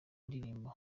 ndirimbo